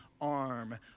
arm